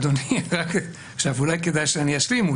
אדוני, אולי כדאי שאני אשלים.